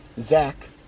Zach